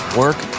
work